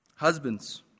Husbands